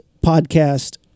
podcast